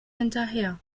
hinterher